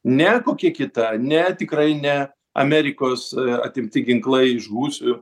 ne kokia kita ne tikrai ne amerikos atimti ginklai žūsiu